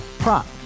Prop